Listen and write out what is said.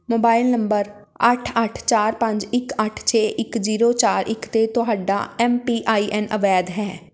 mobile number ਅੱਠ ਅੱਠ ਚਾਰ ਪੰਜ ਇੱਕ ਅੱਠ ਛੇ ਇਕ ਜ਼ੀਰੋ ਚਾਰ ਇੱਕ 'ਤੇ ਤੁਹਾਡਾ ਐੱਮ ਪੀ ਆਈ ਐਨ ਅਵੈਧ ਹੈ